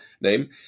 name